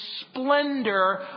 splendor